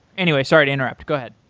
anyway, sorry to interrupt. go ahead.